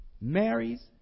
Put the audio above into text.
marries